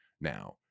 now